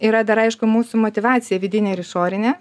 yra dar aišku mūsų motyvacija vidinė ir išorinė